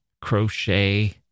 crochet